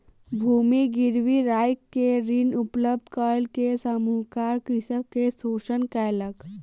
भूमि गिरवी राइख के ऋण उपलब्ध कय के साहूकार कृषक के शोषण केलक